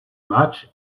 match